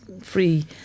free